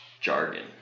jargon